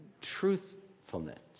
truthfulness